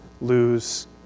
lose